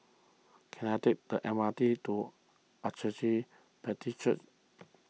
can I take the M R T to Agape Baptist Church